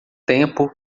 tempo